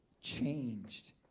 changed